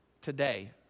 today